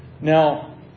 Now